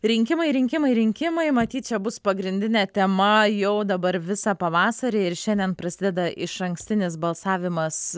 rinkimai rinkimai rinkimai matyt čia bus pagrindinė tema jau dabar visą pavasarį ir šiandien prasideda išankstinis balsavimas